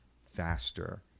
faster